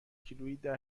کیلوییده